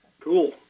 cool